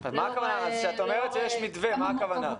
כשאת אומרת שיש מתווה, מה הכוונה?